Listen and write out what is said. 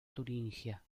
turingia